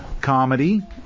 comedy